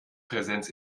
präsenz